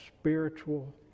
spiritual